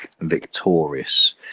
victorious